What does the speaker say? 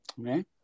Okay